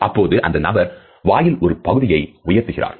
அப்போது அந்த நபர் வாயில் ஒரு பகுதியை உயர்த்துகிறார்